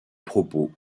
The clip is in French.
propos